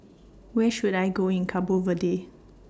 Where should I Go in Cabo Verde